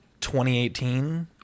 2018